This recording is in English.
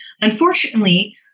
Unfortunately